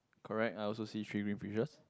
correct I also see green bridges